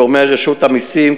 גורמי רשות המסים,